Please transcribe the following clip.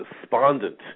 despondent